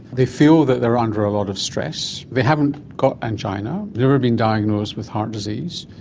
they feel that they are under a lot of stress, they haven't got angina, never been diagnosed with heart disease,